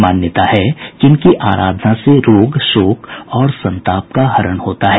मान्यता है कि इनकी आराधना से रोग शोक और संताप का हरण होता है